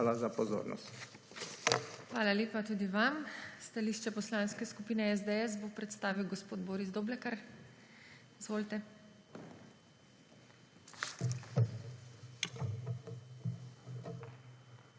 TINA HEFERLE: Hvala lepa tudi vam. Stališče poslanske skupine SDS bo predstavil gospod Boris Doblekar. Izvolite.